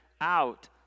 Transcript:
out